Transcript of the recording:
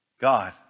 God